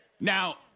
Now